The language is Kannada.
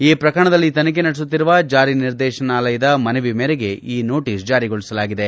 ಈ ಪ್ರಕರಣದಲ್ಲಿ ತನಿಬೆ ನಡೆಸುತ್ತಿರುವ ಜಾರಿ ನಿರ್ದೇಶನಾಲಯದ ಮನವಿ ಮೇರೆಗೆ ಈ ನೋಟಸ್ ಜಾರಿಗೊಳಿಸಲಾಗಿದೆ